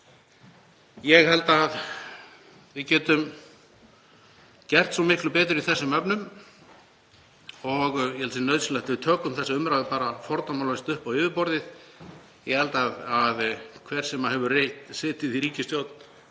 Ég held að við getum gert svo miklu betur í þessum efnum og það sé nauðsynlegt að við tökum þessa umræðu bara fordómalaust upp á yfirborðið. Ég held að hver sem hefur setið í ríkisstjórn,